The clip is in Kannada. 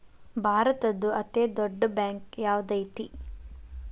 ಭಾರತದ್ದು ಅತೇ ದೊಡ್ಡ್ ಬ್ಯಾಂಕ್ ಯಾವ್ದದೈತಿ?